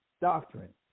doctrine